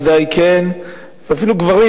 ואפילו גברים.